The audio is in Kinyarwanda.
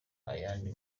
ayandi